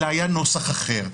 אלא היה נוסח אחר.